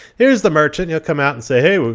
here's the merchant. he'll come out and say, hey,